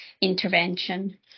intervention